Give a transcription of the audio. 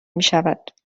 میشود